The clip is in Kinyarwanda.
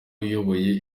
uyoboye